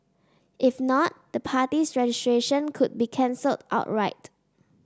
if not the party's registration could be cancelled outright